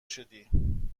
شدی